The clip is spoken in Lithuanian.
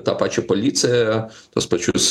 ta pačia palicija tuos pačius